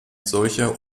solcher